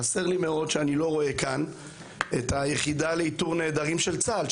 חסר לי מאוד שאני לא רואה כאן את היחידה לאיתור נעדרים של צה"ל,